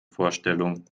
vorstellung